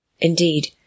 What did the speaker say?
Indeed